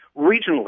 regionally